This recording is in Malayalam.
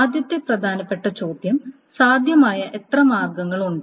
ആദ്യത്തെ പ്രധാനപ്പെട്ട ചോദ്യം സാധ്യമായ എത്ര മാർഗ്ഗങ്ങളുണ്ട്